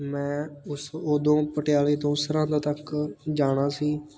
ਮੈਂ ਉਸ ਉਦੋਂ ਪਟਿਆਲੇ ਤੋਂ ਸਰਹਿੰਦ ਤੱਕ ਜਾਣਾ ਸੀ